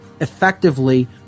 effectively